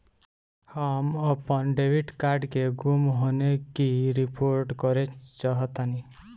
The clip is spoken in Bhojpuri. हम अपन डेबिट कार्ड के गुम होने की रिपोर्ट करे चाहतानी